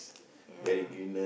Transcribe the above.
ya